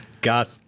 got